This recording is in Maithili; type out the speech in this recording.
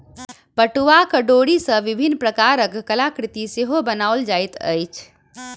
पटुआक डोरी सॅ विभिन्न प्रकारक कलाकृति सेहो बनाओल जाइत अछि